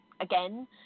again